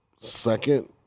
second